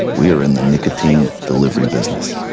we're in the nicotine delivery business.